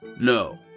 No